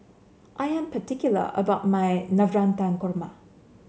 I am particular about my Navratan Korma